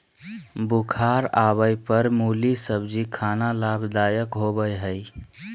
बुखार आवय पर मुली सब्जी खाना लाभदायक होबय हइ